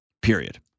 Period